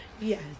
Yes